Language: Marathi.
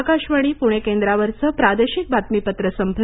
आकाशवाणी पूणे केंद्रावरचं प्रादेशिक बातमीपत्र संपलं